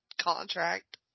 contract